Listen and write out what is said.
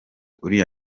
uriya